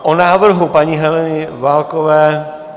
O návrhu paní Heleny Válkové...